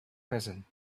present